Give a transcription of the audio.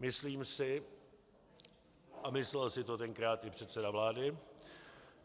Myslím si, a myslel si to tenkrát i předseda vlády,